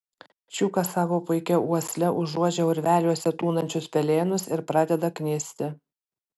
čiukas savo puikia uosle užuodžia urveliuose tūnančius pelėnus ir pradeda knisti